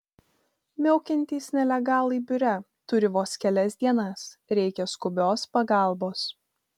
miaukiantys nelegalai biure turi vos kelias dienas reikia skubios pagalbos